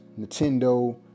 Nintendo